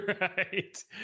Right